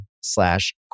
slash